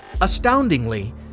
Astoundingly